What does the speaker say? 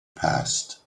passed